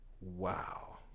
wow